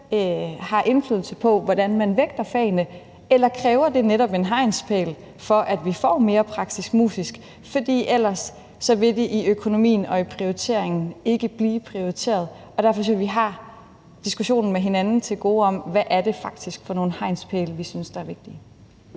har indflydelse på, hvordan man vægter fagene? Eller kræver det netop en hegnspæl, for at vi får mere praktisk-musisk – for ellers vil det i økonomien og prioriteringen ikke blive prioriteret? Og derfor synes jeg, at vi har den diskussion med hinanden om, hvad det faktisk er for nogle hegnspæle, vi synes der er vigtige,